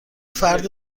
فرد